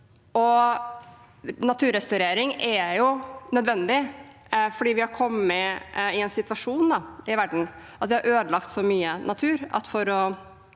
Naturrestaurering er nødvendig, for vi har kommet i en situasjon i verden hvor vi har ødelagt så mye natur at for å